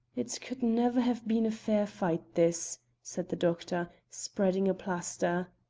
it could never have been a fair fight this said the doctor, spreading a plaster.